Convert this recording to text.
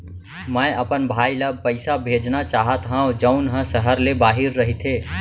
मै अपन भाई ला पइसा भेजना चाहत हव जऊन हा सहर ले बाहिर रहीथे